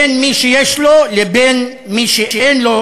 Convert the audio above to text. בין מי שיש לו לבין מי שאין לו,